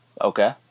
Okay